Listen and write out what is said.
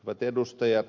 hyvät edustajat